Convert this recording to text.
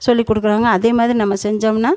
சொல்லி கொடுக்கறாங்க அதே மாதிரி நம்ம செஞ்சோம்னால்